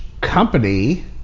company